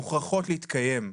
מוכרחות להתקיים.